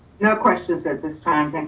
no questions at this time.